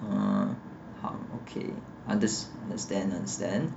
um 好 okay understand understand